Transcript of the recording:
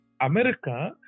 america